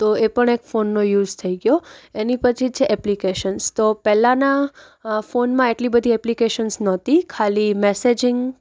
તો એ પણ એક ફોનનો યુઝ થઈ ગયો એની પછી છે એપ્લિકેશન્સ તો પહેલાંના ફોનમાં એટલી બધી એપ્લિકેશન્સ નહોતી ખાલી મેસેજિંગ